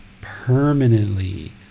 permanently